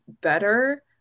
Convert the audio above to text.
better